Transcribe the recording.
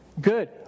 good